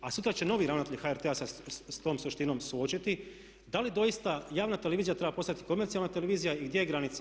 A sutra će novi ravnatelj HRT-a se s tom suštinom suočiti da li doista javna televizija treba postati komercijalna televizija i gdje je granica?